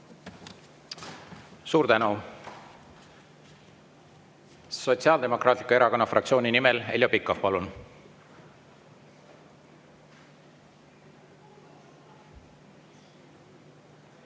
Suur tänu! Sotsiaaldemokraatliku Erakonna fraktsiooni nimel Heljo Pikhof, palun!